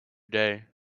day